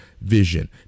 vision